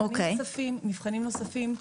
מבחנים נוספים הם: